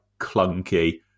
clunky